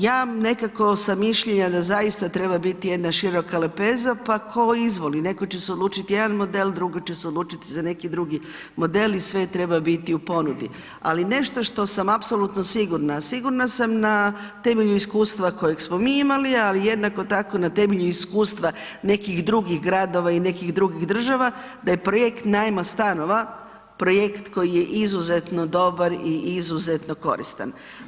Ja nekako sam mišljenja da zaista treba biti jedna široka lepeza pa tko izvoli, netko će se odlučiti jedan model, drugi će se odlučiti za neki drugi model i sve treba biti u ponudi ali nešto što sam apsolutno sigurna, sigurna sam na temelju iskustva kojeg smo mi imali a jednako tako na temelju iskustva nekih drugih gradova i nekih drugih država, da je projekt najma stanova, projekt koji je izuzetno dobar i izuzetno koristan.